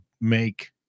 make